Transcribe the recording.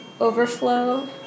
overflow